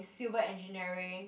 civil engineering